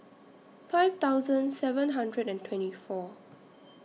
five thousand seven hundred and twenty four